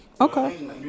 Okay